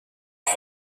ist